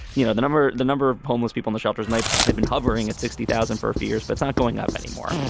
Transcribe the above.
you know, the number. the number of homeless people in shelters might have been hovering at sixty thousand for a few years, but not going up anymore.